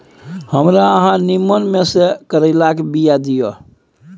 हमरा अहाँ नीमन में से करैलाक बीया दिय?